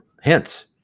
Hence